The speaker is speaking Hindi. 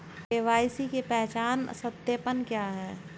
के.वाई.सी पहचान सत्यापन क्या है?